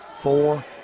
Four